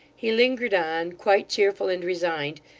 he lingered on, quite cheerful and resigned,